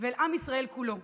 ולעם ישראל כולו: